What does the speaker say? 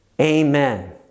Amen